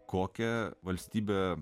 kokią valstybę